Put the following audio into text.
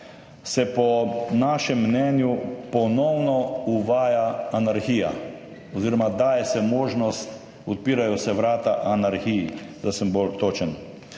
se po našem mnenju ponovno uvaja anarhija oziroma se daje možnost, odpirajo se vrata anarhiji, če sem bolj točen.